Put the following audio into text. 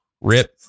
Rip